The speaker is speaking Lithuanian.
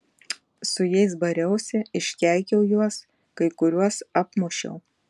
su jais bariausi iškeikiau juos kai kuriuos apmušiau